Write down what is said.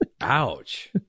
Ouch